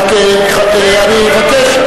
רק אני אבקש,